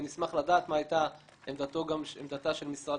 ונשמח לדעת גם מה היתה עמדתה גם של משרד